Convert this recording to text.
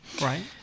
Right